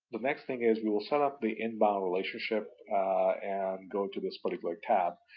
the next thing is, we will set up the inbound relationship and go to this particular tab.